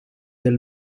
del